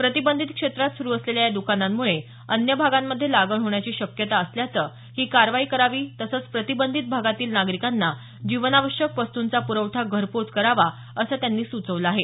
प्रतिबंधित क्षेत्रात सुरू असलेल्या या दुकानांमुळे अन्य भागांमधे लागण होण्याची शक्यता असल्यानं ही कारवाई करावी तसंच प्रतिबंधित भागांतील नागरिकांना जीवनावश्यक वस्तूंचा प्रवठा घरपोहोच करावा असं त्यांनी सूचवलं आहे